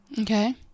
Okay